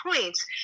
points